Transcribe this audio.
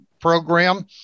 Program